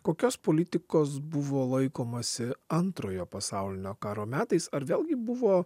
kokios politikos buvo laikomasi antrojo pasaulinio karo metais ar vėlgi buvo